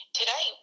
today